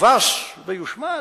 יובס ויושמד.